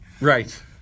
Right